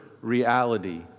reality